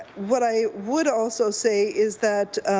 what i would also say is that